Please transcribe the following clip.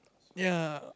ya